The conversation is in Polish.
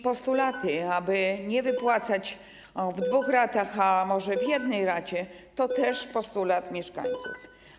Postulat, aby nie wypłacać w dwóch ratach, ale może w jednej racie, to postulat mieszkańców.